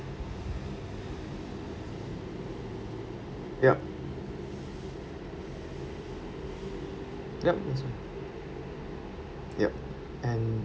yup yup that's fine yup and